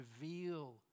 reveal